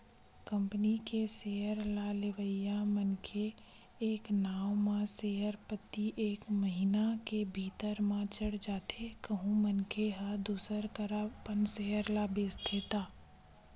company के share ल लेवइया मनखे के नांव म सेयर पाती एक महिना के भीतरी म चढ़ जाथे कहूं मनखे ह दूसर करा अपन सेयर ल बेंचथे त